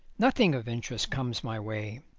nothing of interest comes my way,